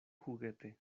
juguete